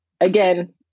again